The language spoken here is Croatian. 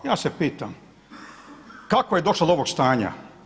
Ja se pitam kako je došlo do ovog staja?